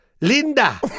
Linda